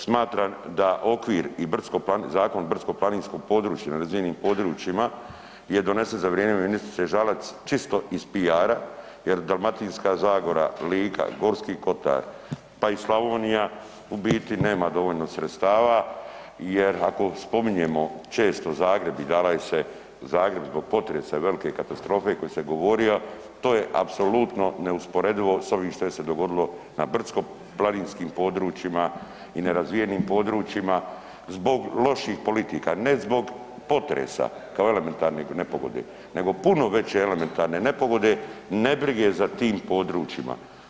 Smatram da okvir i brdsko, Zakon o brdsko planinskom području na nerazvijenim područjima je donesen za vrijeme ministrice Žalac čisto iz piara jer Dalmatinska zagora, Lika, Gorski kotar, pa i Slavonija u biti nema dovoljno sredstava jer ako spominjemo često Zagreb i dala je se u Zagreb zbog potresa i velike katastrofe koji se govorio, to je apsolutno neusporedivo s ovim što je se dogodilo na brdsko planinskim područjima i nerazvijenim područjima zbog loših politika, ne zbog potresa kao elementarne nepogode nego puno veće elementarne nepogode, nebrige za tim područjima.